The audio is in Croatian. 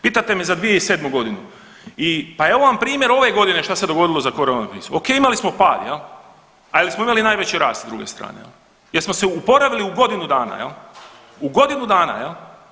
Pitate me za 2007. godinu i, pa evo vam primjer ove godine što se dogodilo za Coronu, ok imali smo pad jel, ali smo imali najveći rast s druge strane jer smo se oporavili u godinu dana jel, u godinu dana jel.